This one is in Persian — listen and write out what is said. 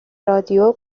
رادیو